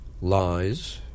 Lies